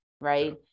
right